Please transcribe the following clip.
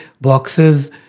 boxes